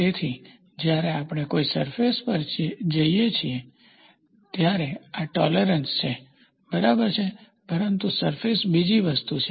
તેથી જ્યારે આપણે કોઈ સરફેસ પર જઈએ છીએ ત્યારે આ ટોલેરન્સ છે બરાબર છે પરંતુ સરફેસ બીજી વસ્તુ છે